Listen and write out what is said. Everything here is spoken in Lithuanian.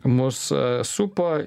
mus supa